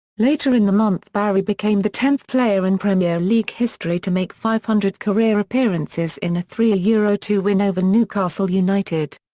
later in the month barry became the tenth player in premier league history to make five hundred career appearances in a three yeah two win over newcastle united.